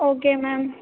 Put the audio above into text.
okay ma'am